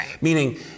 meaning